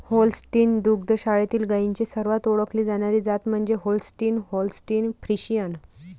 Holstein दुग्ध शाळेतील गायींची सर्वात ओळखली जाणारी जात म्हणजे होल्स्टीन होल्स्टीन फ्रिशियन